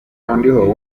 kandiho